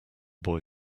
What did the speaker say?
boy